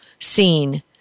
seen